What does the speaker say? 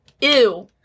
Ew